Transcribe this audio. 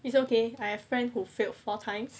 it's okay I have friend who failed four times